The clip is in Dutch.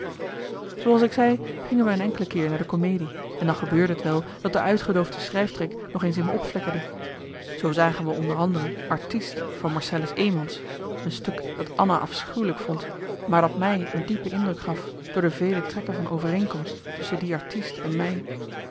zooals ik zei gingen wij een enkele keer naar de comedie en dan gebeurde t wel dat de uitgedoofde schrijftrek nog eens in me opflikkerde zo zagen we onder anderen artiest van marcellus emants een marcellus emants een nagelaten bekentenis stuk dat anna afschuwelijk vond maar dat mij een een diepe indruk gaf door de vele trekken van overeenkomst tusschen die artiest en mij